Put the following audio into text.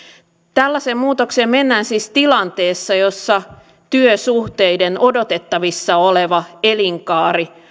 tällaiseen muutokseen mennään siis tilanteessa jossa työsuhteiden odotettavissa oleva elinkaari